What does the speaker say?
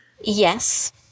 Yes